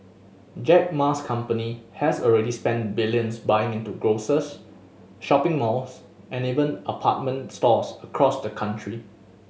Jack Ma's company has already spent billions buying into grocers shopping malls and even apartment stores across the country